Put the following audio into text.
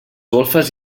golfes